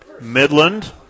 Midland